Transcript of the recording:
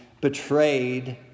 betrayed